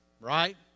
right